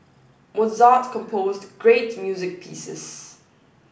Mozart composed great music pieces